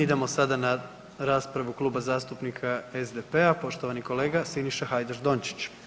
Idemo sada na raspravu Kluba zastupnika SDP-a poštovani kolega Siniša Hajdaš Dončić.